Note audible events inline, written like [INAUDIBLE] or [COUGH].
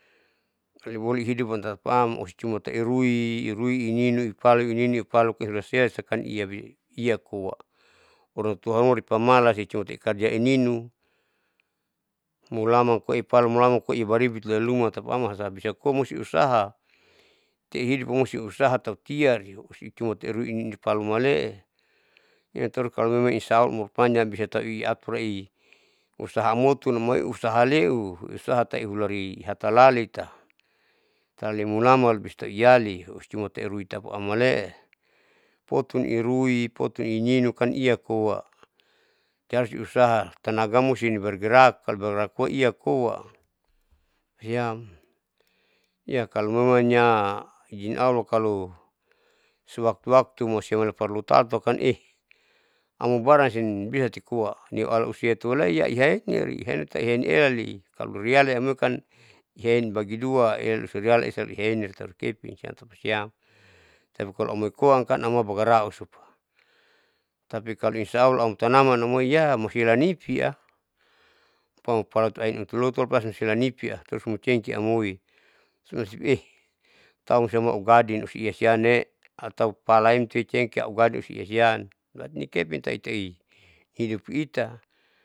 Kalo boleh hidup tam tapaam osicuma tau irui ininu ipalu ininu palu uraselakan ia biia koa orantua haruma ipamalascuma ikarja ininu mulama koa ipalu mulaman koa baribut loi luma tapaam masa bisakoa musti usaha, tehidup emusti usaha tau tiari usi cuman iriu taunipalin humalee inam tarus kalo memang insya allah umur panjang bisatau iatur iusaha moton ami husaa leu usaha tau urali ihatalali ta taule mulaman bisatau iali osicuma irui tapaam malee potun irui potun ininukan ia koa, itaharus usaha tenagaam musti nibergerak bergerak koa ia koa [HESITATION] siam hiya kalomemanya ijin allah kalo sewaktu waktu malusileparlu talu taukan [HESITATION] amubaranim sengbisa takoa niaola isa tuhaenni [UNINTELLIGIBLE] halali kaloriali amekan ihaen bagidua esa ihaen loitaru kepin siam tapasiam, siamsamoikoa kan auma abagara ausupa tapi kalo insyaallah autanaman moia mosi elanima siumpama [UNINTELLIGIBLE] usielanipia terus cengki amoi solan supi [HESITATION] taun siam ugadin uisiane atau palaem tucengki augadi osiosian hulanikepin tau itai hidup ita.